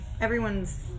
everyone's